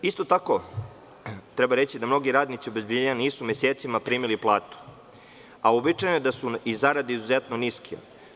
Isto tako treba reći da mnogi radnici obezbeđenja nisu mesecima primili platu, a uobičajeno je da su i zarade izuzetno niske.